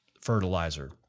fertilizer